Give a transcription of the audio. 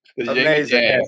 Amazing